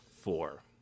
Four